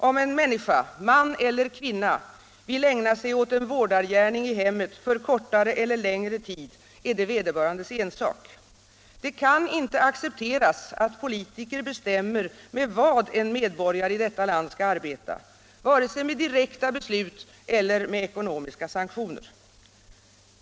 Om en människa - man eller kvinna — vill ägna sig åt en vårdargärning i hemmet för kortare eller längre tid är det vederbörandes ensak. Det kan inte accepteras att politiker bestämmer med vad en medborgare i detta land skall arbeta, vare sig med direkta beslut eller med ekonomiska sanktioner.